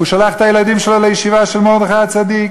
שלח את הילדים שלו לישיבה של מרדכי הצדיק,